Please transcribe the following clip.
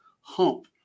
hump